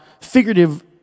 figurative